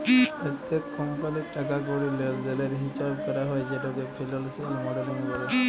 প্যত্তেক কমপালির টাকা কড়ির লেলদেলের হিচাব ক্যরা হ্যয় যেটকে ফিলালসিয়াল মডেলিং ব্যলে